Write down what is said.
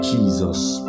Jesus